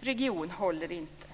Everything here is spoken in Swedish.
region håller inte.